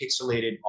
pixelated